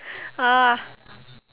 ugh